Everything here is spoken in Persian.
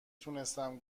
تونستم